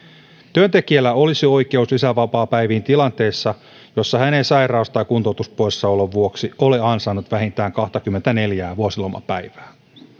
työntekijällä olisi oikeus lisävapaapäiviin tilanteessa jossa hän ei sairaus tai kuntoutuspoissaolon vuoksi ole ansainnut vähintään kahtakymmentäneljää vuosilomapäivää